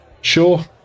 Sure